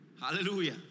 Hallelujah